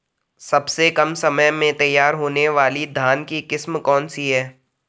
सबसे कम समय में तैयार होने वाली धान की किस्म कौन सी है?